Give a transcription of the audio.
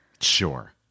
Sure